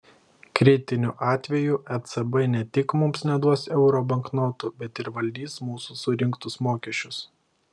kritiniu atveju ecb ne tik mums neduos euro banknotų bet ir valdys mūsų surinktus mokesčius